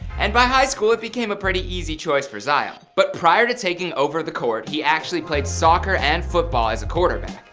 and by high school, it became a pretty easy choice for zion. but prior to taking over the court, he actually played soccer and football as a quarterback.